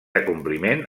acompliment